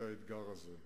האתגר הזה.